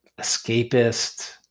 escapist